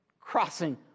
crossing